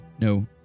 no